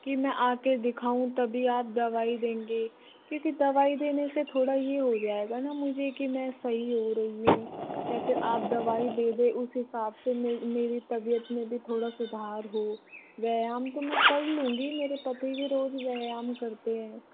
कि मैं आके दिखाऊं तभी आप दवाई देंगे क्योंकि दवाई देने से थोड़ा ये हो जाऐगा ना मुझे कि मैं सही हो रही हूँ या फिर आप दवाई दे दें उस हिसाब से मैं मेरी तबियत में भी थोड़ा सुधार हो व्यायाम तो मैं कर लूँगी मेरे पति भी रोज़ व्यायाम करते हैं